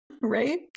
Right